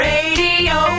Radio